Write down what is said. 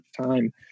time